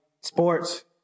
sports